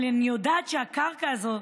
אבל אני יודעת שהקרקע הזאת,